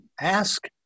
ask